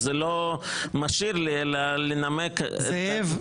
אז זה לא משאיר לי אלא לנמק --- זאב,